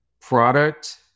Product